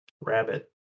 rabbit